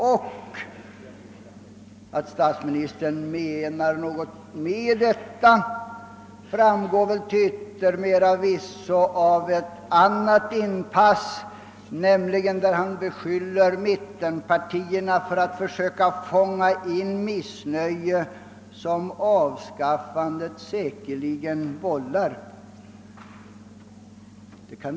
Och att statsministern menar något med vad han sade framgår till yttermera visso av ett annat yttrande, nämligen det där han beskyller mittenpartierna för att försöka fånga in det missnöje som avskaffandet säkerligen kommer att vålla.